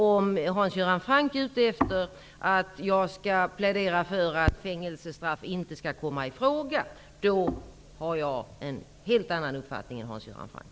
Om Hans Göran Franck är ute efter att jag skall plädera för att fängelsestraff inte skall komma i fråga kan jag bara säga att jag har en helt annan uppfattning än Hans Göran Franck.